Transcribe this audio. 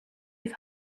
have